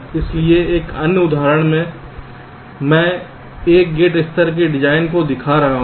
इसलिए एक अन्य उदाहरण मैं एक गेट स्तर के डिजाइन के लिए दिखा रहा हूं